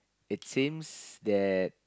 it seems that